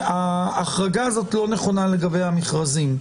ההחרגה הזאת לא נכונה לגבי המכרזים.